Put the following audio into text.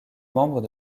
membre